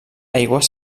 aigües